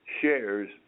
shares